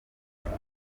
isoko